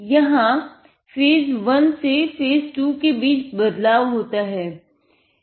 यहाँ फेज़ 1 से फेज़ 2 के बीच बदलाव होता है